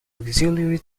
auxiliary